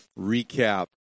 recap